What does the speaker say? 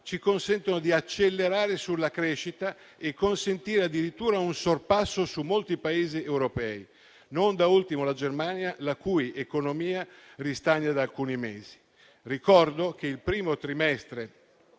ci consentono di accelerare sulla crescita e di compiere addirittura un sorpasso su molti Paesi europei, non da ultimo la Germania, la cui economia ristagna da alcuni mesi. Ricordo che il primo trimestre